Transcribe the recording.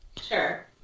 Sure